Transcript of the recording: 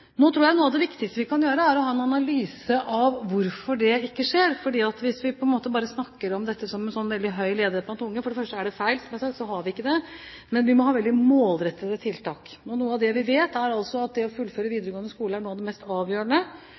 Nå tror jeg at noe av det viktigste vi kan gjøre, er å ha en analyse av hvorfor det ikke skjer. Hvis vi bare snakker om dette som en veldig høy ledighet blant unge, er det for det første feil, for vi har ikke det, men vi må ha veldig målrettede tiltak. Noe av det vi vet, er at det å fullføre videregående skole er noe av det mest avgjørende.